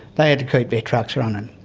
they had to keep their trucks running,